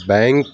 bank